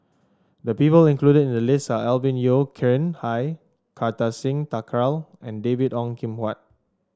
the people included in the list are Alvin Yeo Khirn Hai Kartar Singh Thakral and David Ong Kim Huat